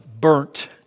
burnt